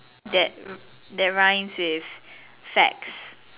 that that rhymes with sax